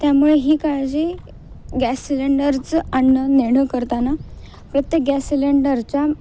त्यामुळे ही काळजी गॅस सिलेंडरचं आणणं नेणं करताना प्रत्येक गॅस सिलेंडरच्या